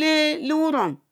le wurum.,